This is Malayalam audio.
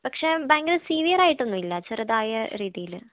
പക്ഷേ ഭയങ്കര സിവിയെറായിട്ടൊന്നും ഇല്ല ചെറുതായ രീതിയിൽ